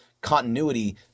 continuity